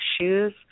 shoes